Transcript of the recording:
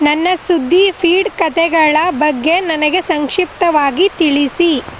ನನ್ನ ಸುದ್ದಿ ಫೀಡ್ ಕತೆಗಳ ಬಗ್ಗೆ ನನಗೆ ಸಂಕ್ಷಿಪ್ತವಾಗಿ ತಿಳಿಸಿ